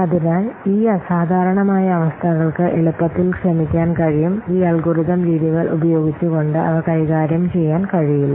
അതിനാൽ ഈ അസാധാരണമായ അവസ്ഥകൾക്ക് എളുപ്പത്തിൽ ക്ഷമിക്കാൻ കഴിയും ഈ അൽഗോരിതം രീതികൾ ഉപയോഗിച്ചുകൊണ്ട് അവ കൈകാര്യം ചെയ്യാൻ കഴിയില്ല